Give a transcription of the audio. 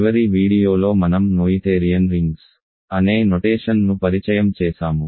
చివరి వీడియోలో మనం నోయిథేరియన్ రింగ్స్ అనే నొటేషన్ ను పరిచయం చేసాము